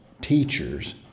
teachers